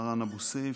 מהראן אבו סיף,